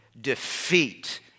Defeat